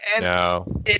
No